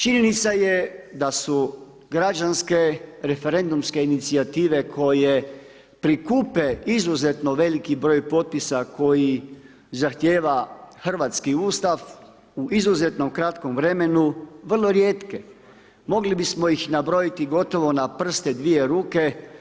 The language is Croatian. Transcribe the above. Činjenica je da su građanske referendumske inicijative koje prikupe izuzetno veliki broj potpisa koji zahtjeva hrvatski Ustav u izuzetno kratkom vremenu vrlo rijetke, mogli bismo ih nabrojiti gotovo na prste dvije ruke.